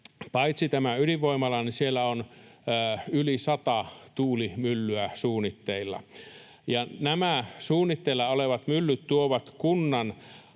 on tämä ydinvoimala, siellä on myös yli 100 tuulimyllyä suunnitteilla, ja nämä suunnitteilla olevat myllyt tuovat kunnan